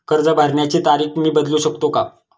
कर्ज भरण्याची तारीख मी बदलू शकतो का?